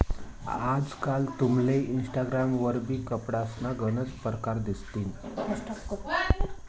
आजकाल तुमले इनस्टाग्राम वरबी कपडासना गनच परकार दिसतीन